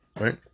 Right